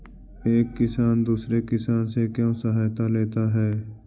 एक किसान दूसरे किसान से क्यों सहायता लेता है?